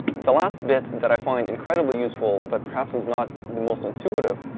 the last bit that i find incredibly useful, but perhaps is not the most intuitive,